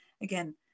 Again